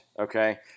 okay